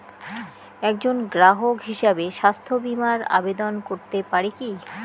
একজন গ্রাহক হিসাবে স্বাস্থ্য বিমার আবেদন করতে পারি কি?